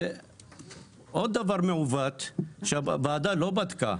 עוד דבר מעוות שהוועדה לא בדקה,